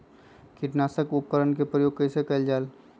किटनाशक उपकरन का प्रयोग कइसे कियल जाल?